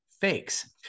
fakes